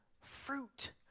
fruit